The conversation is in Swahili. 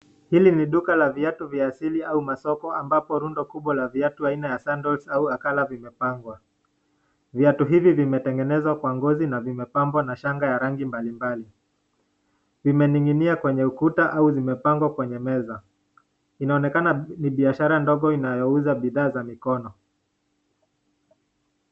Hili ni duka la viatu vya asili au masoko ambapo rundo kubwa la viatu aina ya (sandals) au akala vimepangwa. Viatu hivi vimetengenezwa kwa ngozi na vimepambwa na shanga ya rangi mbali mbali. Vimening'inia kwenye ukuta au zimepangwa kwenye meza, inaonekana ni biashara ndogo inayouza bidhaa za mikono.